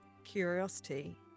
curiosity